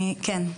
כן.